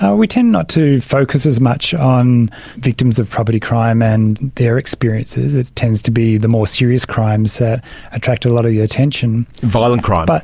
ah we tend not to focus as much on victims of property crime and their experiences. it tends to be the more serious crimes that attract a lot of the attention. violent crime. but